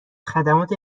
خدمات